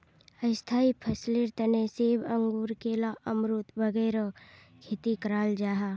स्थाई फसलेर तने सेब, अंगूर, केला, अमरुद वगैरह खेती कराल जाहा